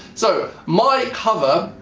so my cover,